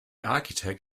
architect